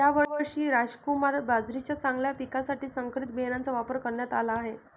यावर्षी रामकुमार बाजरीच्या चांगल्या पिकासाठी संकरित बियाणांचा वापर करण्यात आला आहे